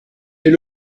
est